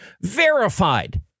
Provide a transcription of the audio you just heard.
verified